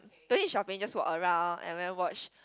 don't need shopping just walk around and then watch